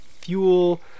fuel